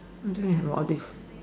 I don't have all these